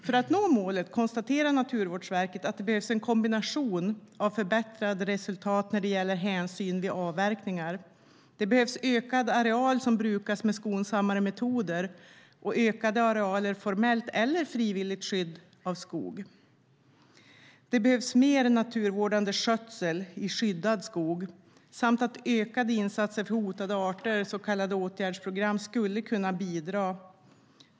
För att nå målet konstaterar Naturvårdsverket att det behövs en kombination av förbättrade resultat när det gäller hänsyn vid avverkningar. Det behövs ökad areal som brukas med skonsammare metoder och ökade arealer av formellt eller frivilligt skyddad skog. Det behövs mer naturvårdande skötsel i skyddad skog, och ökade insatser för hotade arter, så kallade åtgärdsprogram, skulle kunna bidra.